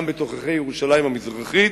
גם בתוככי ירושלים המזרחית,